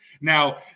Now